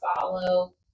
follow